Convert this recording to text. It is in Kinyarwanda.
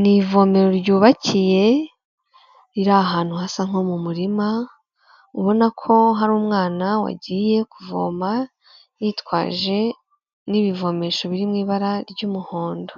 Ni ivomero ryubakiye, riri ahantu hasa nko mu murima, ubona ko hari umwana wagiye kuvoma, yitwaje n'ibivomesho biri mu ibara ry'umuhondo.